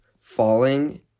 falling